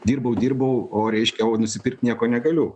dirbau dirbau o reiškia o nusipirkt nieko negaliu